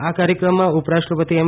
આ કાર્યક્રમમાં ઉપરાષ્ટ્રપતિ એમ